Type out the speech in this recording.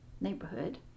neighborhood